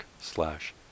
slash